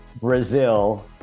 Brazil